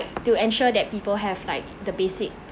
to ensure that people have like the basic